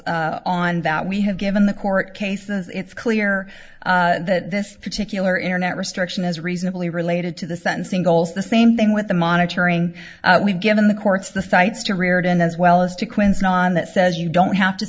controls on that we have given the court cases it's clear that this particular internet restriction is reasonably related to the sentencing goals the same thing with the monitoring we've given the courts the sites to rearden as well as to quins not on that says you don't have to